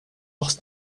lost